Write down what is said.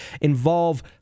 involve